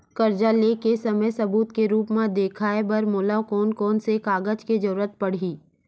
कर्जा ले के समय सबूत के रूप मा देखाय बर मोला कोन कोन से कागज के जरुरत पड़ही?